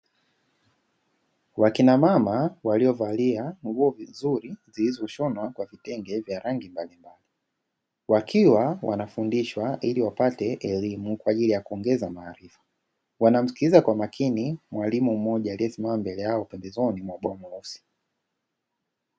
Wakina mama waliovalia nguo vizuri zilizoshonwa kwa vitenge vya rangi mbalimbali. Wakiwa wanafundishwa ili wapate elimu kwa ajili ya kuongeza maarifa. Wanamsikiliza kwa makini mwalimu mmoja aliyesimama mbele yao pembezoni mwa bwawa, mweusi.